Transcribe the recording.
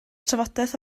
trafodaeth